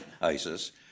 ISIS